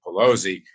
Pelosi